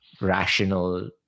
rational